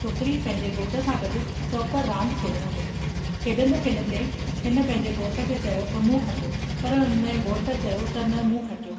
छोकिरी पंहिंजे घोट सां गॾु चोपड़ रांदि खेॾण लॻी खेॾंदे खेॾंदे हिन पंहिंजे घोट खे चयो त मूं खटियो पर उन जे घोट चयो त न मूं खटियो